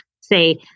say